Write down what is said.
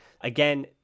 Again